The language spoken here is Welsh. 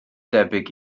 debyg